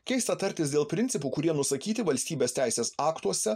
keista tartis dėl principų kurie nusakyti valstybės teisės aktuose